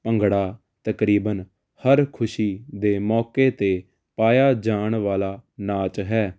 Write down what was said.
ਭੰਗੜਾ ਤਕਰੀਬਨ ਹਰ ਖੁਸ਼ੀ ਦੇ ਮੌਕੇ ਤੇ ਪਾਇਆ ਜਾਣ ਵਾਲ਼ਾ ਨਾਚ ਹੈ